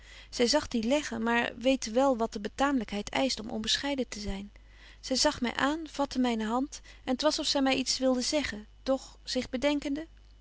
zy zag dien leggen maar weet te wel wat de betaamlykheid eischt om onbescheiden te zyn zy zag my betje wolff en aagje deken historie van mejuffrouw sara burgerhart aan vatte myne hand en t was of zy my iets wilde zeggen doch zich bedenkende